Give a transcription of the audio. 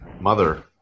Mother